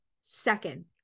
second